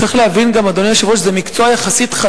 צריך גם להבין שזה מקצוע חדש יחסית.